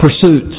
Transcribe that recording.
pursuits